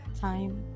Time